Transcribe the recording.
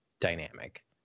dynamic